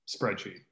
spreadsheet